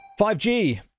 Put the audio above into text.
5G